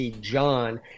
john